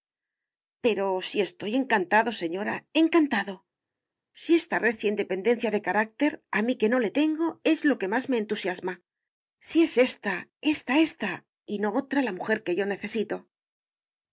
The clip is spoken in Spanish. pero si estoy encantado señora encantado si esta recia independencia de carácter a mí que no le tengo es lo que más me entusiasma si es ésta ésta ésta y no otra la mujer que yo necesito sí